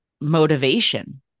motivation